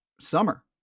summer